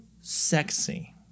sexy